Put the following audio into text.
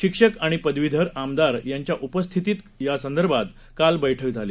शिक्षकआणिपदवीधरआमदारयांच्याउपस्थितीतयासंदर्भातकालबैठकझाली